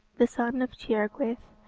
the son of tiergwaeth,